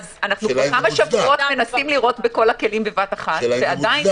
כמה שבועות אנחנו מנסים לירות בכל הכלים בבת אחת ועדיין